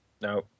No